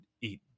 eat